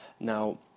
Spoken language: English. Now